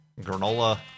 granola